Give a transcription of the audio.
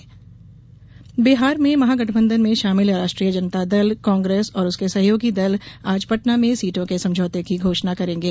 बिहार महागठबंधन बिहार में महागठबंधन में शामिल राष्ट्रीय जनता दल कांग्रेस और उसके सहयोगी दल आज पटना में सीटों के समझौते की घोषणा करेंगे